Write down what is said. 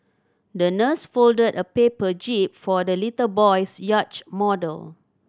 the nurse folded a paper jib for the little boy's yacht model